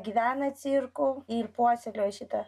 gyvena cirko ir puoselėjo šitą